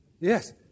Yes